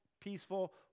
peaceful